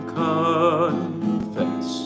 confess